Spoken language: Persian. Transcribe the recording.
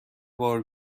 بار